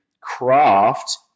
craft